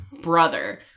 brother